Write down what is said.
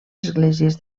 esglésies